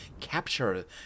capture